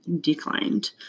declined